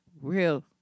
real